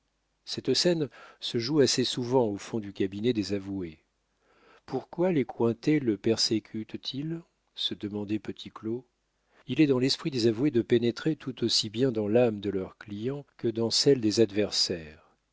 cette scène se joue assez souvent au fond du cabinet des avoués pourquoi les cointet le persécutent ils se demandait petit claud il est dans l'esprit des avoués de pénétrer tout aussi bien dans l'âme de leurs clients que dans celle des adversaires